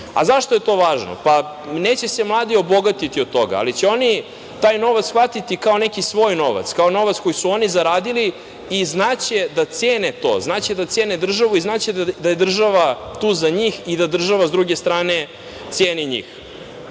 Zašto je to važno? Neće se mladi obogatiti od toga, ali će on taj novac shvatiti kao svoj novac, kao novac koji su oni zaradili i znaće da cene to, znaće da cene državu, znaće da je država tu za njih, da država s druge strane ceni njih.